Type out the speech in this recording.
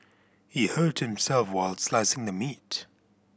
he hurt himself while slicing the meat